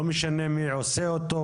לא משנה מי עושה אותו,